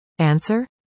Answer